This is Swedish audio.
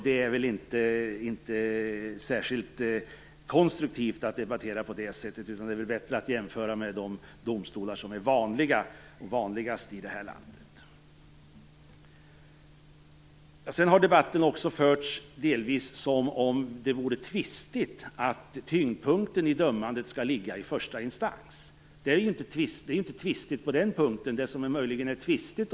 Det är inte särskilt konstruktivt att debattera på det sättet. Det är bättre att jämföra med domstolar av den storlek som är vanligast i detta land. Debatten har delvis förts som om det vore tvistigt att tyngpunkten i dömandet skall ligga i första instans, men på den punkten är det inte tvistigt.